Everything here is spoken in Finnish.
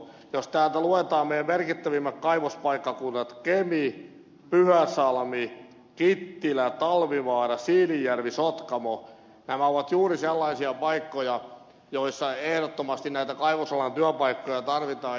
jos täältä luetaan meidän merkittävimmät kaivospaikkakuntamme ne ovat kemi pyhäsalmi kittilä talvivaara siilinjärvi sotkamo nämä ovat juuri sellaisia paikkoja joissa ehdottomasti näitä kaivosalan työpaikkoja tarvitaan